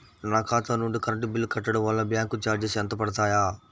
నా ఖాతా నుండి కరెంట్ బిల్ కట్టడం వలన బ్యాంకు చార్జెస్ ఎంత పడతాయా?